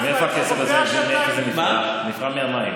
היא תיקח לעצמה את